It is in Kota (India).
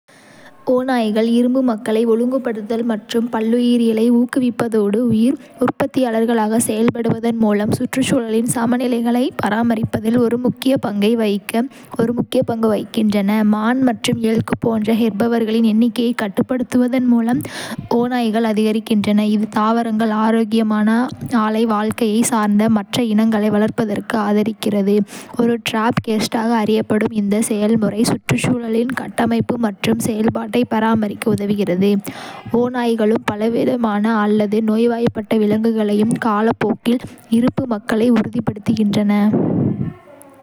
ஓநாய்கள் இரும்பு மக்களை ஒழுங்குபடுத்துதல் மற்றும் பல்லுயிரியலை ஊக்குவிப்பதோடு, உயிர் உற்பத்தியாளர்களாக செயல்படுவதன் மூலம் சுற்றுச்சூழலின் சமநிலைகளை பராமரிப்பதில் ஒரு முக்கிய பங்கை வகிக்க ஒரு முக்கிய பங்கு வகிக்கின்றன. மான் மற்றும் எல்க் போன்ற ஹெர்பீவர்களின் எண்ணிக்கையை கட்டுப்படுத்துவதன் மூலம், ஓநாய்கள் அதிகரிக்கின்றன, இது தாவரங்கள் ஆரோக்கியமான ஆலை வாழ்க்கையை சார்ந்து மற்ற இனங்களை வளர்ப்பதற்கும் ஆதரிக்கிறது. ஒரு டிராபிக் கேஸ்க்டாக அறியப்படும் இந்த செயல்முறை, சுற்றுச்சூழலின் கட்டமைப்பு மற்றும் செயல்பாட்டை பராமரிக்க உதவுகிறது. ஓநாய்களும் பலவீனமான அல்லது நோய்வாய்ப்பட்ட விலங்குகளையும், காலப்போக்கில் இரும்பு மக்களை உறுதிப்படுத்துகின்றன.